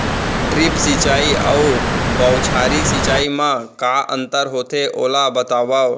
Drip सिंचाई अऊ बौछारी सिंचाई मा का अंतर होथे, ओला बतावव?